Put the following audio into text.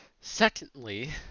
Secondly